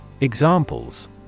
Examples